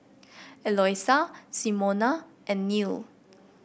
Eloisa Simona and Neal